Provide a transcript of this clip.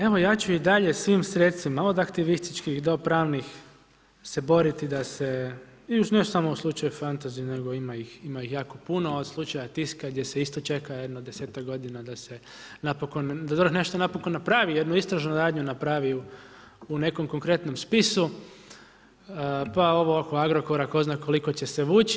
Evo ja ću i dalje svim sredstvima, od aktivističkih do pravnih se boriti da se i ne samo u slučaju fantazy, nego ima ih jako puno, od slučaja Tiska gdje se isto čeka jedno 10-ak godina da se napokon, da vrh nešto napokon napravi, jednu istražnu radnju napravi u nekom konkretnom spisu pa ovo oko Agrokora tko zna koliko će se vući.